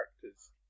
characters